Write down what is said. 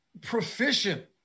proficient